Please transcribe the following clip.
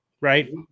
right